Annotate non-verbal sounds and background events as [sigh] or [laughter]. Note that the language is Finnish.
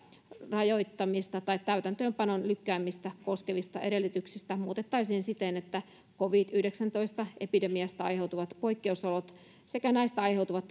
rajoittamista tai täytäntöönpanon lykkäämistä koskevista edellytyksistä muutettaisiin siten että covid yhdeksäntoista epidemiasta aiheutuvat poikkeusolot sekä näistä aiheutuvat [unintelligible]